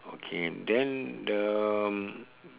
okay then the um